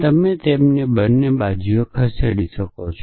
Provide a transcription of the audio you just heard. તમે તેમને બંને બાજુએ ખસેડી શકો છો